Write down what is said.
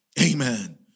Amen